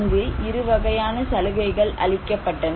அங்கு இரு வகையான சலுகைகள் அளிக்கப்பட்டன